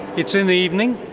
it's in the evening,